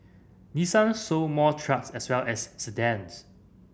Nissan sold more trucks as well as sedans